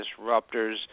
disruptors